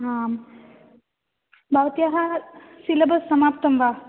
आं भवत्याः सिलेबस् समाप्तं वा